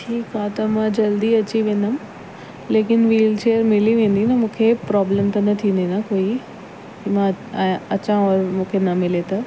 ठीकु आहे त मां जल्दी अची वेंदमि लेकिन वीलचेयर मिली वेंदी न मूंखे प्रोब्लम न थींदी न कोई मां अयां अचां और मूंखे न मिले त